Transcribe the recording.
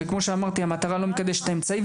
וכמו שאמרתי המטרה לא מקדשת את האמצעי,